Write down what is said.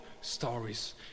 stories